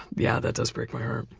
yeah. that does break my heart.